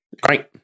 Great